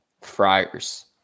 Friars